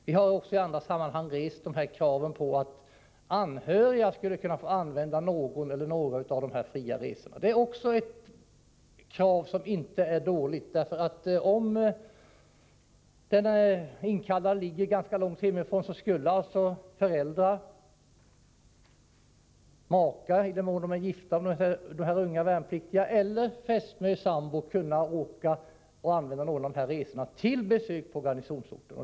Vi har också i annat sammanhang rest kravet på att anhöriga skulle kunna få använda någon eller några av de fria resorna. Det är inte heller något dåligt förslag. Om den inkallade ligger ganska långt hemifrån, skulle föräldrar, maka — i den mån de här unga värnpliktiga är gifta — eller fästmö/sambo kunna använda någon av resorna till besök på garnisonsorten.